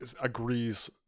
agrees